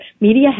Media